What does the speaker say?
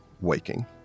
waking